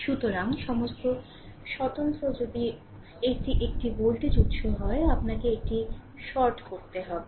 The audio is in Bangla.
সুতরাং সমস্ত স্বতন্ত্র যদি এটি একটি ভোল্টেজ উৎস হয় আপনাকে এটি শর্ট করতে হবে